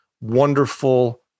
wonderful